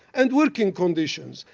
and working conditions.